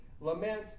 lament